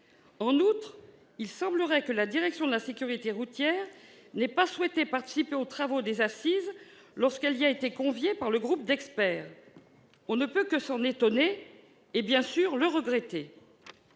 ailleurs, il semblerait que la direction de la sécurité routière n'ait pas souhaité participer aux travaux des assises, alors qu'elle y a été conviée par le groupe d'experts. On ne peut que s'en étonner et le regretter